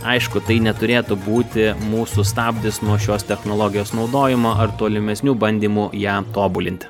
aišku tai neturėtų būti mūsų stabdis nuo šios technologijos naudojimo ar tolimesnių bandymų jam tobulinti